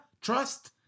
trust